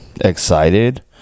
excited